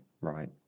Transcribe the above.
right